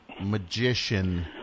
magician